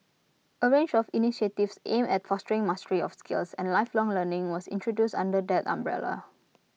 A range of initiatives aimed at fostering mastery of skills and lifelong learning was introduced under that umbrella